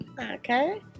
Okay